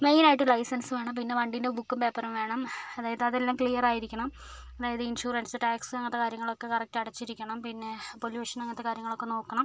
മെയിനായിട്ട് ലൈസെൻസ് വേണം പിന്നെ വണ്ടിൻ്റെ ബുക്കും പേപ്പറും വേണം അതായത് അതെല്ലാം ക്ലിയർ ആയിരിക്കണം അതായത് ഇൻഷുറൻസ് ടാക്സ് അങ്ങനത്തെ കാര്യങ്ങളൊക്കെ കറക്റ്റ് അടച്ചിരിക്കണം പിന്നെ പൊല്യൂഷൻ അങ്ങനത്തെ കാര്യങ്ങളൊക്കെ നോക്കണം